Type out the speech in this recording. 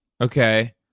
Okay